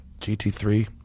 GT3